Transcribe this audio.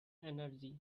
energy